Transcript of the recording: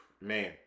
Man